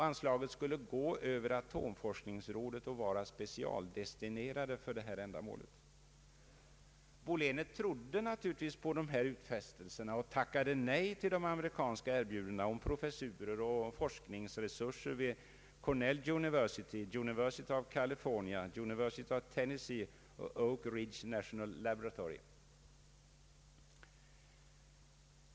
Anslagen skulle gå över atomforskningsrådet och vara specialdestinerade för detta ändamål. Bo Lehnert trodde naturligtvis på de här utfästelserna och tackade nej till de amerikanska erbjudandena om professurer och forskningsresurser vid Cornell University, University of California, University of Tennessee och Oak Ridge National Laboratory.